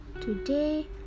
Today